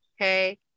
okay